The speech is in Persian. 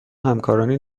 همکارانی